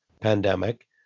pandemic